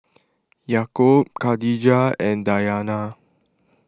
Yaakob Khadija and Dayana